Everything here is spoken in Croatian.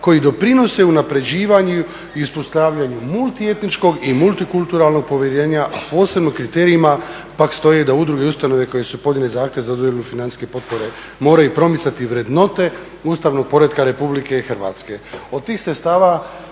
koji doprinose unapređivanju i uspostavljanju multietničkog i multikulturalnog povjerenja, posebno u kriterijima pak stoje da udruge i ustanove koje su … zahtjev za … financijske potpore moraju promicati vrednote Ustavnog poretka RH.